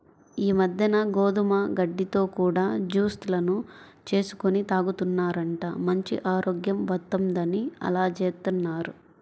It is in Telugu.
ఈ మద్దెన గోధుమ గడ్డితో కూడా జూస్ లను చేసుకొని తాగుతున్నారంట, మంచి ఆరోగ్యం వత్తందని అలా జేత్తన్నారు